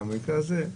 במקרה הזה,